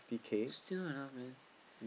still not enough man